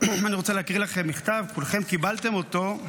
אני רוצה להקריא לכם מכתב, כולכם קיבלתם אותו,